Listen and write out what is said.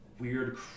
weird